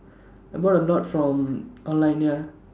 I bought a lot from online ya